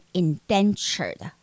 indentured